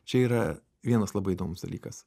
čia yra vienas labai įdomus dalykas